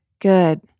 good